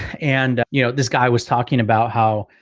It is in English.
and, you know, this guy was talking about how,